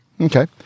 Okay